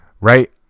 right